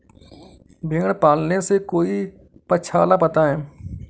भेड़े पालने से कोई पक्षाला बताएं?